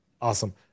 awesome